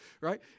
right